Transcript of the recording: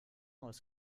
aus